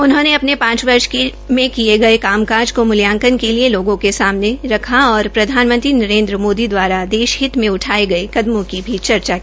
उन्होंने अपने पांच वर्ष के किए गये काम काज को मूल्यांकन के लिए लोगों के सामने रखे और प्रधानमंत्री नरेन्द्र मोदी द्वारा देश हित में उठाये गये कदमों की की चर्चा की